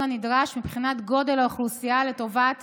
הנדרש מבחינת גודל האוכלוסייה לטובת